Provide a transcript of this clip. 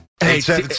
Hey